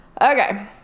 okay